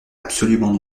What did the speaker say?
absolument